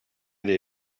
dei